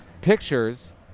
pictures